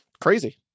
crazy